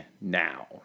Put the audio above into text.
Now